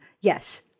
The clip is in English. yes